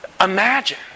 imagine